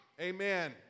Amen